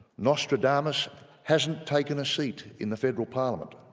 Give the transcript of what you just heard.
nostradamus hasn't taken a seat in the federal parliament.